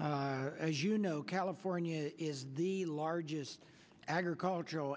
as you know california is the largest agricultural